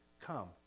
come